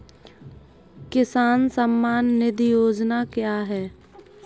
किसान सम्मान निधि योजना क्या है?